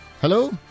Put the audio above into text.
Hello